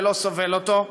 ולא סובל אותו,